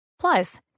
Plus